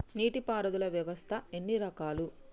నీటి పారుదల వ్యవస్థ ఎన్ని రకాలు?